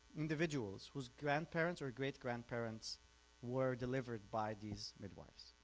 individuals whose grandparents or great-grandparents were delivered by these midwives